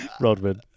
Rodman